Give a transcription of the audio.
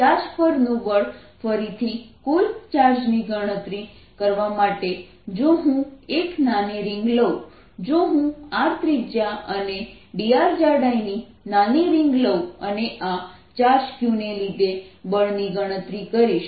charge પરનું બળ ફરીથી કુલ ચાર્જની ગણતરી કરવા માટે જો હું એક નાની રિંગ લઉં જો હું r ત્રિજ્યા અને dr જાડાઈની નાની રિંગ લઉં અને આ ચાર્જ q લીધે બળની ગણતરી કરીશ